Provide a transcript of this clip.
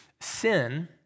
Sin